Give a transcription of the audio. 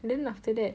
then after that